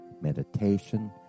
meditation